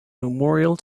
memorial